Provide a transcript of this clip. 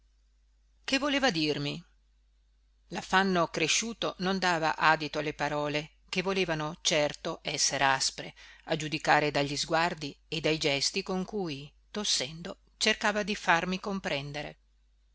che voleva dirmi laffanno cresciuto non dava adito alle parole che volevano certo esser aspre a giudicare dagli sguardi e dai gesti con cui tossendo cercava di farmi comprendere